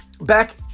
back